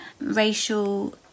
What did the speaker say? racial